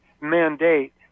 mandate